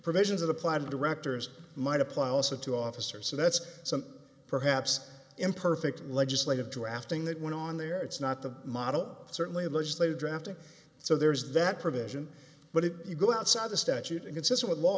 provisions of the plan of directors might apply also to officer so that's something perhaps imperfect legislative drafting that went on there it's not the model certainly legislative drafting so there's that provision but if you go outside the statute and consider what law